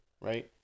right